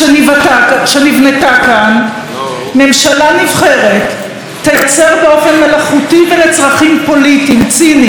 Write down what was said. ממשלה נבחרת תייצר באופן מלאכותי ולצרכים פוליטיים ציניים אויבים מבית,